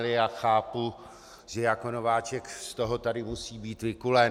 Já chápu, že jako nováček z toho tady musí být vykulen.